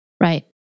Right